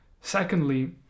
Secondly